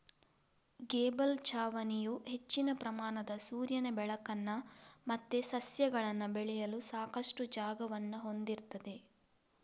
gable ಛಾವಣಿಯು ಹೆಚ್ಚಿನ ಪ್ರಮಾಣದ ಸೂರ್ಯನ ಬೆಳಕನ್ನ ಮತ್ತೆ ಸಸ್ಯಗಳನ್ನ ಬೆಳೆಯಲು ಸಾಕಷ್ಟು ಜಾಗವನ್ನ ಹೊಂದಿರ್ತದೆ